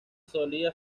solía